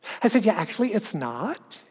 i said, yeah actually, it's not.